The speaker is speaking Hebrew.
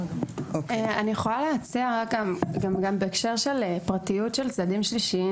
אני יכולה להציע בהקשר של פרטיות של צדדים שלישיים,